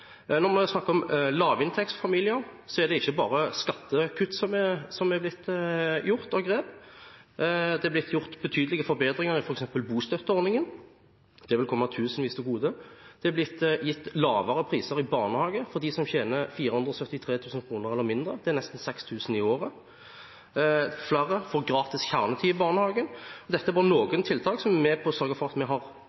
Når vi nå snakker om lavinntektsfamilier, er det ikke bare skattekutt som er blitt gjort av grep. Det er blitt gjort betydelige forbedringer i f.eks. bostøtteordningen. Det vil komme tusenvis til gode. Det er blitt lavere priser i barnehager for dem som tjener 473 000 kr eller mindre. Det er nesten 6 000 kr i året. Flere får gratis kjernetid i barnehagen. Dette er bare